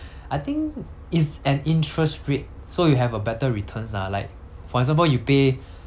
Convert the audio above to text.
I think it's an interest rate so you have a better returns ah like for example you pay